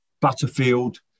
Butterfield